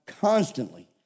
constantly